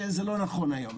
שזה לא נכון היום,